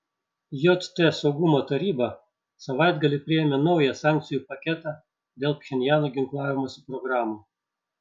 jt saugumo taryba savaitgalį priėmė naują sankcijų paketą dėl pchenjano ginklavimosi programų